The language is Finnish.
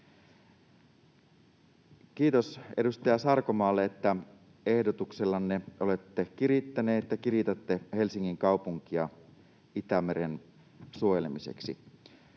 Kiitos edustaja Sarkomaalle, että ehdotuksellanne olette kirittänyt ja kiritätte Helsingin kaupunkia Itämeren suojelemiseksi.